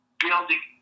building